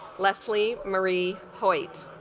leslie murray hoyt